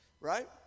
Right